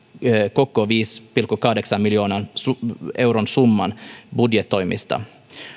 koko viiden pilkku kahdeksan miljoonan euron summan budjetoimista